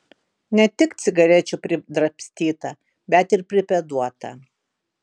ne tik cigarečių pridrabstyta bet ir pripėduota